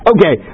Okay